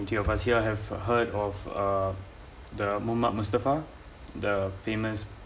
here have heard of uh the Mohamed Mustafa the famous